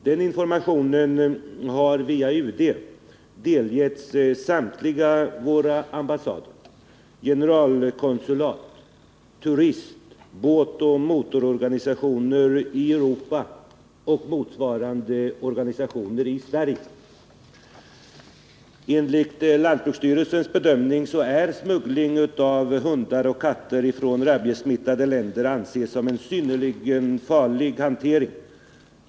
Den informationen har via UD delgivits samtliga svenska ambassader och generalkonsulat samt turist-, båtoch motororganisationer i Sverige och övriga Europa. Enligt lantbruksstyrelsens bedömning är smuggling av hundar och katter från rabiessmittade länder en synnerligen farlig hantering.